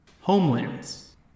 Homelands